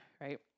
right